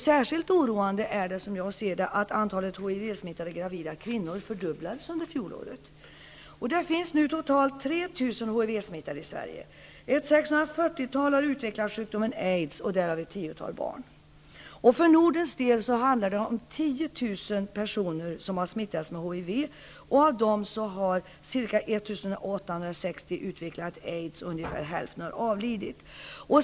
Särskilt oroande är det, som jag ser det, att antalet HIV Det finns nu totalt 3 000 HIV-smittade i Sverige. Ett 640-tal har utvecklat sjukdomen aids, därav ett tiotal barn. För Nordens del är det 10 000 personer som har smittats med HIV, och av dem har ca 1 860 utvecklat aids och ungefär hälften har avlidit.